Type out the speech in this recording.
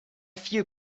few